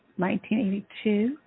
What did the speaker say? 1982